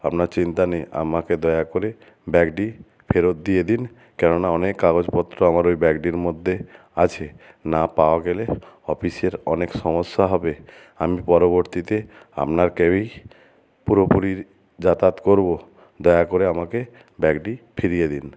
আপনার চিন্তা নেই আমাকে দয়া করে ব্যাগটি ফেরত দিয়ে দিন কেননা অনেক কাগজপত্র আমার ওই ব্যাগডির মধ্যে আছে না পাওয়া গেলে অফিসের অনেক সমস্যা হবে আমি পরবর্তীতে আপনার ক্যাবেই পুরোপুরির যাতায়াত করবো দয়া করে আমাকে ব্যাগটি ফিরিয়ে দিন